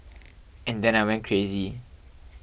and then I went crazy